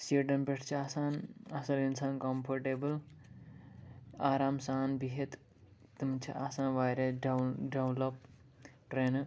سیٖٹن پٮ۪ٹھ چھِ آسان اصٕل اِنسان کَمفٲرٹیبٕل آرام سان بِہتھ تِم چھِ آسان واریاہ ڈوٕن ڈیٚولَپ ٹرٛینہٕ